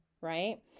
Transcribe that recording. right